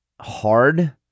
hard